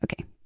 Okay